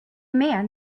man